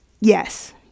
Yes